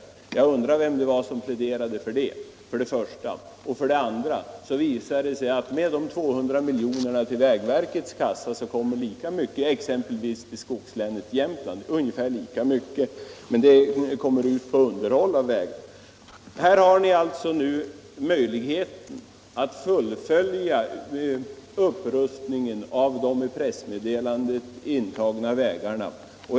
För det första undrar jag vem det var som pläderade för detta, och för det andra visar det sig att med de 200 miljonerna till vägverkets kassa kommer ungefär lika mycket exempelvis till skogslänet Jämtland, men det går till underhåll av vägar. Här har ni alltså möjlighet att fullfölja upprustningen av de i pressmeddelandet intagna vägarna.